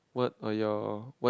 what are your what